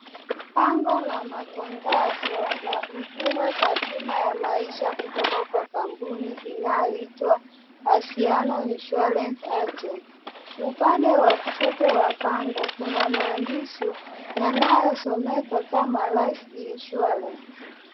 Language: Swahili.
Bango la matangazo la huduma za bima ya maisha, kutoka kwa kampuni inayoitwa Anziano insurance agency. Upande wa kushoto wa bango, kuna maandishi yanayosomeka kama life insurance .